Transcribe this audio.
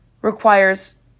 requires